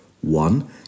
one